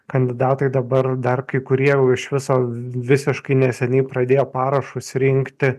kandidatai dabar dar kai kurie jau iš viso visiškai neseniai pradėjo parašus rinkti